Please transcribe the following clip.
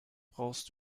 brauchst